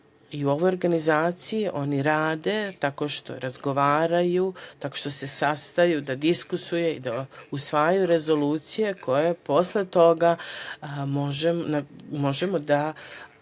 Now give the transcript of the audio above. i u ovoj organizaciji oni rade tako što razgovaraju, tako što se sastaju da diskutuju i da usvajaju rezolucije koje posle toga možemo da